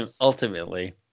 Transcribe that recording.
ultimately